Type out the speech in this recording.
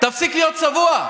תפסיק להיות צבוע.